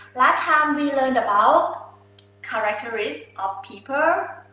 last time we learned about characteristics of people,